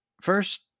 First